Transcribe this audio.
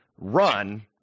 run